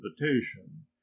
invitation